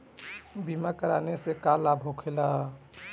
बीमा कराने से का लाभ होखेला?